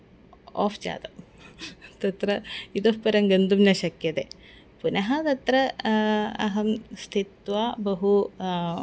of जातं तत्र इतःपरं गन्तुं न शक्यते पुनः तत्र अहं स्थित्वा बहु